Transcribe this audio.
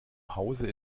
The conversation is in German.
hause